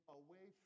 away